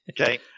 Okay